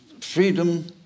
freedom